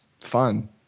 fun